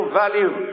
value